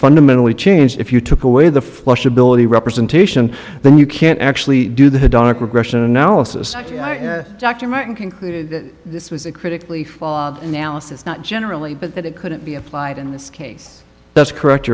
fundamentally change if you took away the flush ability representation then you can't actually do the dark regression analysis dr martin king this was a critically fod analysis not generally but that it couldn't be applied in this case that's correct